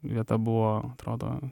vieta buvo atrodo